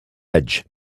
edge